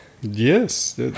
Yes